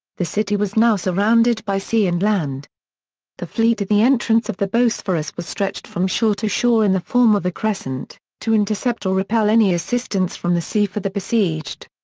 the city was now surrounded by sea and land the fleet at the entrance of the bosphorus was stretched from shore to shore in the form of a crescent, to intercept or repel any assistance from the sea for the besieged.